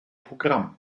programm